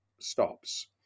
stops